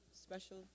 special